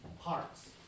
parts